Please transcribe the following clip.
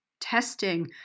testing